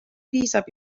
piisab